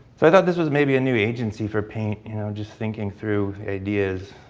so, i thought this was maybe a new agency for paint you know just thinking through ideas.